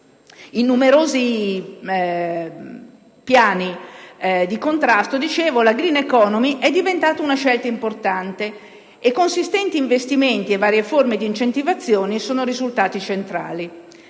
Paesi industrializzati, la *green economy* è diventata una scelta importante e consistenti investimenti e varie forme di incentivazione sono risultati centrali.